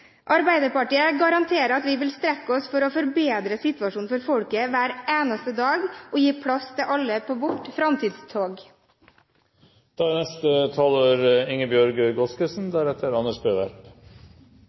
Arbeiderpartiet garanterer at vi vil strekke oss for å forbedre situasjonen for folket hver eneste dag – og gi plass til alle på vårt framtidstog. Veien er